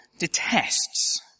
Detests